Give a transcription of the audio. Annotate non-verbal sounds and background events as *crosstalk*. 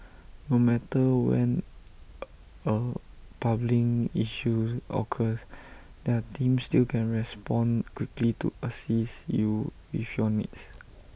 no matter when *hesitation* A plumbing issue occurs their team still can respond quickly to assist you with your needs